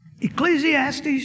Ecclesiastes